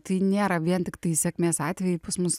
tai nėra vien tiktai sėkmės atvejai pas mus